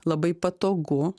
labai patogu